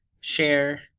Share